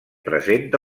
presenta